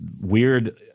weird